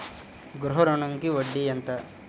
గృహ ఋణంకి వడ్డీ ఎంత?